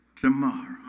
tomorrow